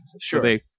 Sure